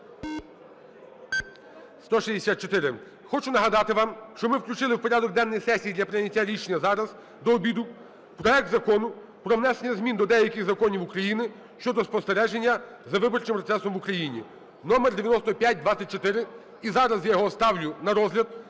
За-164 Хочу нагадати вам, що ми включили в порядок денний сесії для прийняття рішення зараз, до обіду, проект Закону про внесення змін до деяких законів України щодо спостереження за виборчим процесом в Україні (№ 9524), і зараз я його ставлю на розгляд.